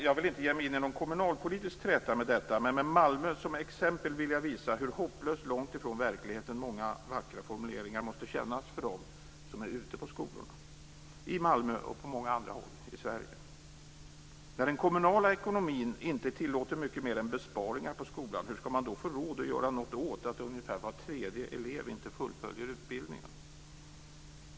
Jag vill inte ge mig in i någon kommunalpolitisk träta om detta, men med Malmö som exempel vill jag visa hur hopplöst långt ifrån verkligheten många vackra formuleringar måste kännas för dem som är ute i skolorna, i Malmö och på många andra håll i Sverige. När den kommunala ekonomin inte tillåter mycket mer än besparingar på skolan, hur skall man då få råd att göra någonting åt att ungefär var tredje elev inte fullföljer utbildningen?